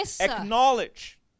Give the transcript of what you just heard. acknowledge